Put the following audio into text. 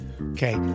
okay